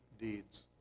deeds